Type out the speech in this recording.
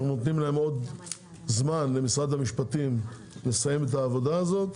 אנו נותנים להם עוד זמן למשרד המשפטים לסיים את העבודה הזו,